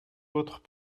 autres